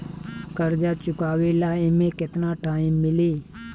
कर्जा चुकावे ला एमे केतना टाइम मिली?